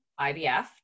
IVF